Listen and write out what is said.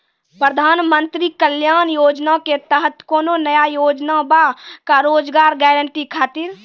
प्रधानमंत्री कल्याण योजना के तहत कोनो नया योजना बा का रोजगार गारंटी खातिर?